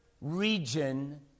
region